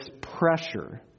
pressure